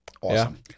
Awesome